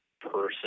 person